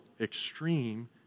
extreme